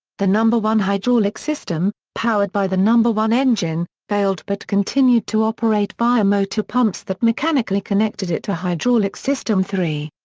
the number one hydraulic system, powered by the number one engine, failed but continued to operate via motor pumps that mechanically connected it to hydraulic system three.